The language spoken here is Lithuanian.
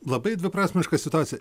labai dviprasmiška situacija